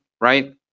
right